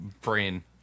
brain